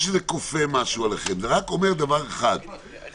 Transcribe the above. כופה משהו עליכם, זה רק אומר דבר אחד,